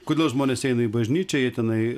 kodėl žmonės eina į bažnyčią jie tenai